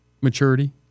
maturity